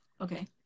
okay